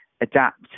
adapt